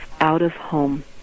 out-of-home